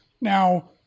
now